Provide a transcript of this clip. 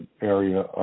area